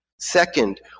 Second